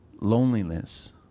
loneliness